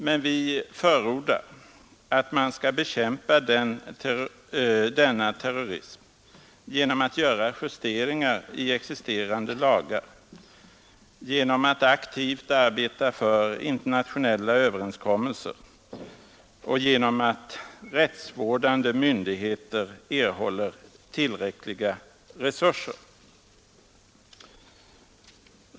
Men vi förordar att man skall bekämpa denna terrorism genom att göra justeringar i existerande lagar, genom att aktivt arbeta för internationella överenskommelser och genom att rättsvårdande myndigheter erhåller tillräckliga resurser.